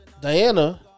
Diana